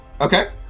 Okay